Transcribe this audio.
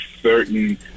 certain